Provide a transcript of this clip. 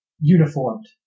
Uniformed